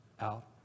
out